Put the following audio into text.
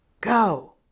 go